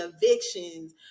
evictions